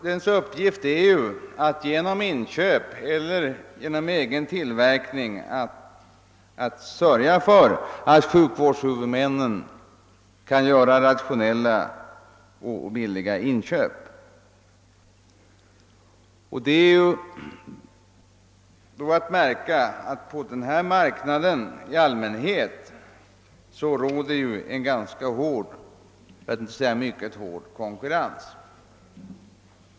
Dess uppgift är att genom inköp eller genom egen tillverkning sörja för att sjukvårdens huvudmän kan göra rationella och förmånliga inköp. Och det är då att märka att det på denna marknad råder en ganska hård för att inte säga mycket hård konkurrens.